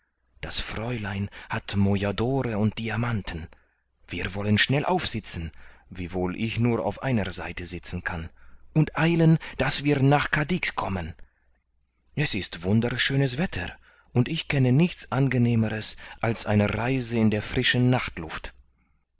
das fräulein hat moyadore und diamanten wir wollen schnell aufsitzen wiewohl ich nur auf einer seite sitzen kann und eilen daß wir nach cadix kommen es ist wunderschönes wetter und ich kenne nichts angenehmeres als eine reise in der frischen nachtluft